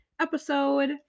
episode